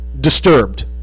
disturbed